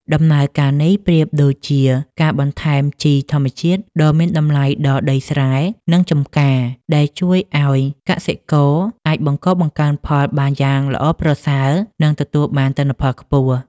ដំណើរការនេះប្រៀបដូចជាការបន្ថែមជីធម្មជាតិដ៏មានតម្លៃដល់ដីស្រែ និងចម្ការ ដែលជួយឱ្យកសិករអាចបង្កបង្កើនផលបានយ៉ាងល្អប្រសើរ និងទទួលបានទិន្នផលខ្ពស់.